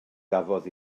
gafodd